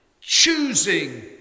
choosing